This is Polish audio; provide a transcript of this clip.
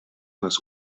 nas